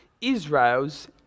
Israel's